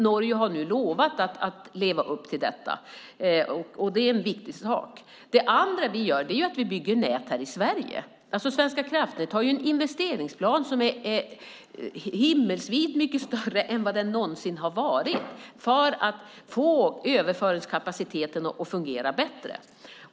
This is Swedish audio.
Norge har nu lovat att leva upp till detta, vilket är en viktig sak. Vidare bygger vi nät här i Sverige. Svenska kraftnät har en investeringsplan som är mycket större än någonsin - skillnaden är himmelsvid - för att få överföringen att fungera bättre.